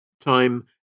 Time